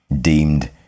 deemed